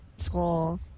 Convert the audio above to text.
school